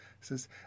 says